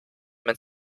mein